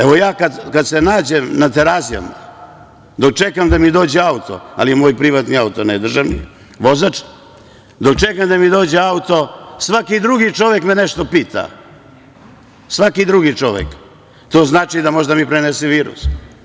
Evo, ja kada se nađem na Terazijama, dok čekam da mi dođe auto, ali moj privatni auto, ne državni, vozač, dok čekam da mi dođe auto, svaki drugi čovek me nešto pita i to znači da može da mi prenese virus.